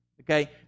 Okay